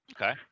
okay